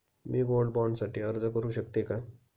मी gold bond साठी अर्ज करु शकते का?